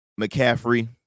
McCaffrey